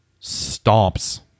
stomps